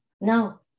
no